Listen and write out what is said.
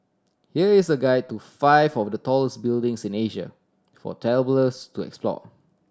here is a guide to five of the tallest buildings in Asia for travellers to explore